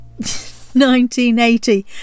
1980